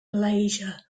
malaysia